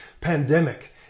pandemic